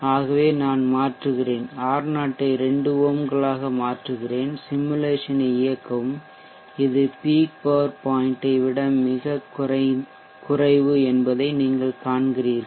ஆகவே நான் மாற்றுகிறேன் R0 ஐ 2 ஓம்களாக மாற்றுகிறேன் சிமுலேசனை இயக்கவும் இது பீக் பவர் பாய்ன்ட் ஐ விட மிகக் குறைவு என்பதை நீங்கள் காண்கிறீர்கள்